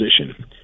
position